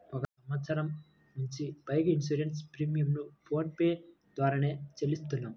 ఒక సంవత్సరం నుంచి బైక్ ఇన్సూరెన్స్ ప్రీమియంను ఫోన్ పే ద్వారానే చేత్తన్నాం